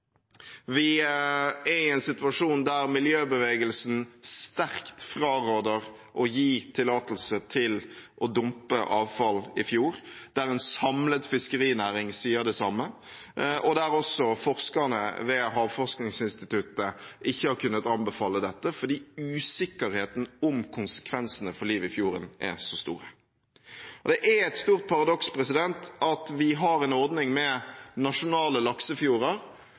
Vi er i en situasjon der miljøbevegelsen sterkt fraråder å gi tillatelse til å dumpe avfall i fjorden, en samlet fiskerinæring sier det samme, og der også forskerne ved Havforskningsinstituttet ikke har kunnet anbefale dette, fordi usikkerheten om konsekvensene for livet i fjorden er så stor. Det er et stort paradoks at vi har en ordning med nasjonale laksefjorder,